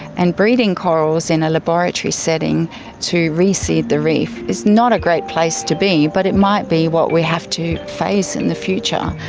and breeding corals in a laboratory setting to reseed the reef is not a great place to be, but it might be what we have to face in the future.